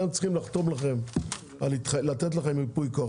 הם צריכים לתת לכם ייפוי כוח,